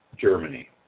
Germany